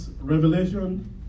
Revelation